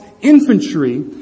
infantry